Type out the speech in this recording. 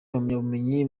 impamyabumenyi